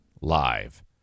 live